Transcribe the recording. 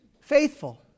faithful